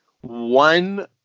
one